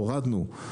הורדנו.